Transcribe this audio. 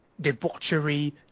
debauchery